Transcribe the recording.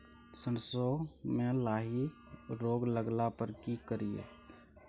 सरसो मे लाही रोग लगला पर की करिये?